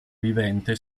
vivente